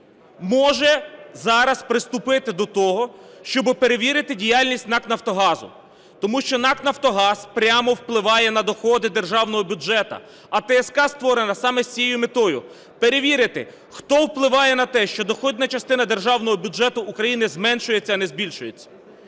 може зараз приступити до того, щоби перевірити діяльність НАК "Нафтогазу". Тому що НАК "Нафтогаз" прямо впливає на доходи державного бюджету, а ТСК створена саме з цією метою – перевірити, хто впливає на те, що доходна частина державного бюджету України зменшується, а не збільшується.